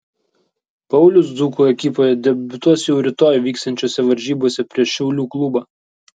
paulius dzūkų ekipoje debiutuos jau rytoj vyksiančiose varžybose prieš šiaulių klubą